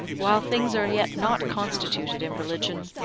while things are yet not constituted in religion,